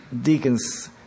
deacons